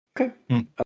okay